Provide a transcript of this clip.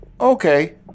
okay